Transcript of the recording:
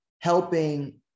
helping